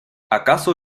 acaso